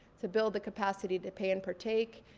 to build the capacity to pay and partake,